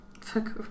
fuck